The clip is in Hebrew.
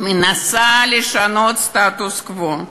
מנסה לשנות את הסטטוס-קוו.